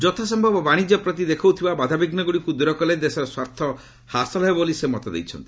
ଯଥାସମ୍ଭବ ବାଶିଜ୍ୟ ପ୍ରତି ଦେଖାଦେଉଥିବା ବାଧାବିଘୁଗୁଡ଼ିକୁ ଦୂର କଲେ ଦେଶର ସ୍ୱାର୍ଥ ହାସଲ ହେବ ବୋଲି ସେ ମତ ଦେଇଛନ୍ତି